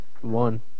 One